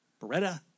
Beretta